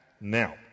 Now